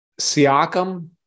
Siakam